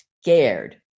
scared